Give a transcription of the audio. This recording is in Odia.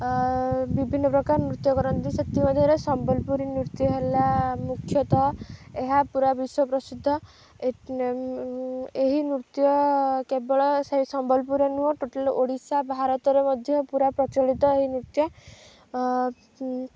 ବିଭିନ୍ନ ପ୍ରକାର ନୃତ୍ୟ କରନ୍ତି ସେଥିମଧ୍ୟରେ ସମ୍ବଲପୁରୀ ନୃତ୍ୟ ହେଲା ମୁଖ୍ୟତଃ ଏହା ପୁରା ବିଶ୍ୱ ପ୍ରସିଦ୍ଧ ଏହି ନୃତ୍ୟ କେବଳ ସେ ସମ୍ବଲପୁର ରେ ନୁହଁ ଟୋଟାଲ୍ ଓଡ଼ିଶା ଭାରତରେ ମଧ୍ୟ ପୁରା ପ୍ରଚଳିତ ଏହି ନୃତ୍ୟ